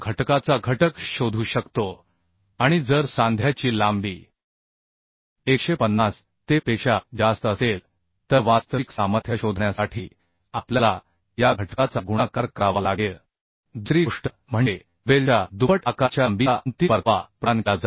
घटकाचा reduction factor शोधू शकतो आणि जर सांध्याची लांबी 150te पेक्षा जास्त असेल तर वास्तविक स्ट्रेन्य शोधण्यासाठी आपल्याला या घटकाचा गुणाकार करावा लागेल दुसरी गोष्ट म्हणजे वेल्डच्या दुप्पट आकाराच्या लांबीचा अंतिम परतावा प्रदान केला जातो